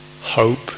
hope